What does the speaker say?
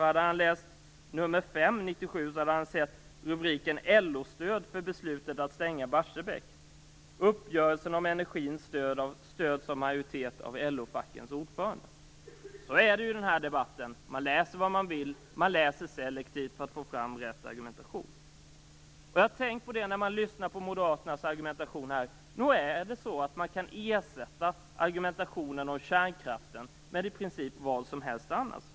Hade han läst nummer 5 från 1997, hade han sett rubriken LO stöd för beslutet att stänga Barsebäck. Uppgörelsen om energin stöds av en majoritet av LO-fackens ordförande. Så är det i debatten. Man läser vad man vill. Man läser selektivt för att få fram rätt argumentation. Jag har lyssnat på Moderaternas argumentation. Nog kan man ersätta argumentationen om kärnkraften med i princip vad som helst.